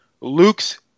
Luke's